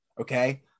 okay